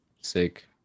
Sick